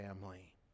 family